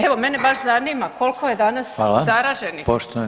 Evo mene baš zanima koliko je danas zaraženih?